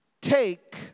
take